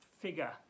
figure